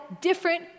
different